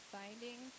finding